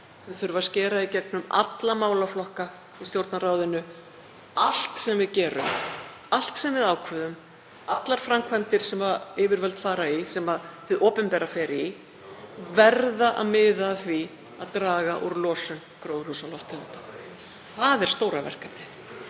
Þau þurfa að skera í gegnum alla málaflokka í Stjórnarráðinu. Allt sem við gerum, allt sem við ákveðum, allar framkvæmdir sem yfirvöld fara í, allt sem hið opinbera fer í, verður að miða að því að draga úr losun gróðurhúsalofttegunda. Það er stóra verkefnið